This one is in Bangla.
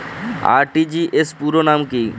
আর.টি.জি.এস পুরো নাম কি?